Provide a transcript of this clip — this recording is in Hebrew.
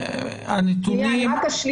הנתונים.